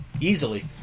easily